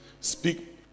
Speak